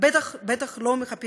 אתם יודעים הרי איך זה התעורר, נכה